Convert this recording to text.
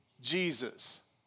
Jesus